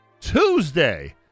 tuesday